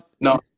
No